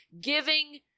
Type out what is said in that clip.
giving